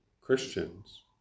Christians